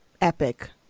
epic